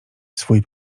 swój